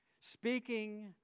speaking